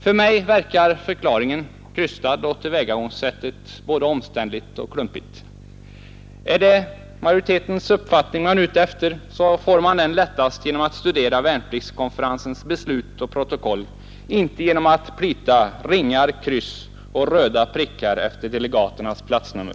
För mig verkar förklaringen krystad och tillvägagångssättet både omständligt och klumpigt. Är det majoritetens uppfattning man är ute efter, får man lättast reda på den genom att studera värnpliktskonferensens beslut och protokoll, inte genom att plita ringar, kryss och röda prickar efter delegaternas platsnummer.